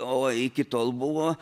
o iki tol buvo